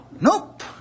Nope